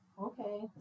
Okay